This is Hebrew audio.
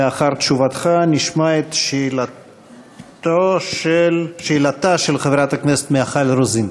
לאחר תשובתך נשמע את שאלתה של חברת הכנסת מיכל רוזין.